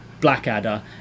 Blackadder